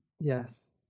Yes